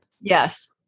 Yes